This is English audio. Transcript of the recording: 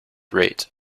rate